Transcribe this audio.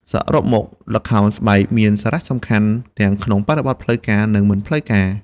សរុបមក ល្ខោនស្បែកមានសារៈសំខាន់ទាំងក្នុងបរិបទផ្លូវការនិងមិនផ្លូវការ។